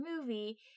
movie